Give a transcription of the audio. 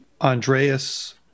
andreas